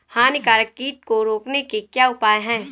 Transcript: हानिकारक कीट को रोकने के क्या उपाय हैं?